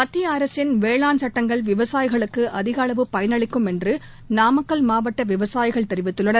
மத்திய அரசின் வேளாண் சுட்டங்கள் விவசாயிகளுக்கு அதிக அளவு பயனளிக்கும் என்று நாமக்கல் மாவட்ட விவசாயிகள் தெரிவித்துள்ளனர்